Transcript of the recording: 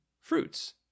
fruits